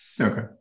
okay